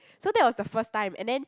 so that was the first time and then